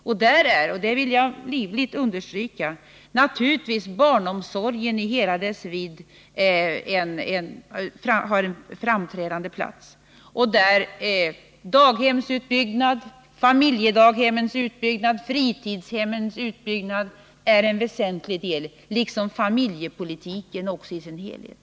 Och där har givetvis — det vill jag livligt understryka — barnomsorgen i hela dess vidd en framträdande plats. Däri utgör daghemsutbyggnaden, familjedaghemmens utbyggnad och fritidshemmens utbyggnad en väsentlig del, liksom familjepolitiken i sin helhet.